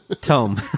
Tom